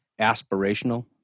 aspirational